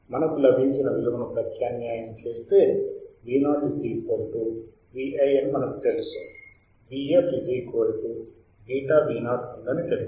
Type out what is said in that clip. మనకు లభించిన విలువను ప్రత్యామ్నాయం చేస్తే Vo Vi అని మనకు తెలుసు Vf β Vo ఉందని తెలుసు